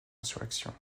insurrection